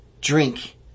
drink